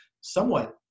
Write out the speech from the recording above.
somewhat